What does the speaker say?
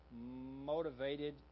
motivated